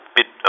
bit